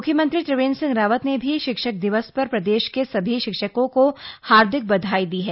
म्ख्यमंत्री त्रिवेन्द्र सिंह रावत ने भी शिक्षक दिवस पर प्रदेश के सभी शिक्षकों को हार्दिक बधाई दी है